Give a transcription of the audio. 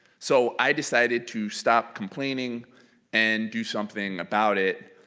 so i decided to stop complaining and do something about it,